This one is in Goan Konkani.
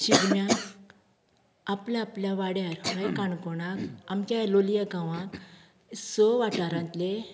शिगम्याक आपल्या आपल्या वाड्यार म्हळ्यार काणकोणांत आमच्या लोलयां गांवांत स वाठारांतले